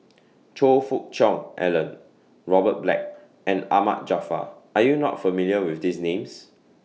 Choe Fook Cheong Alan Robert Black and Ahmad Jaafar Are YOU not familiar with These Names